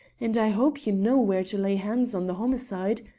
and i hope you know where to lay hands on the homicide,